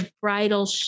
bridal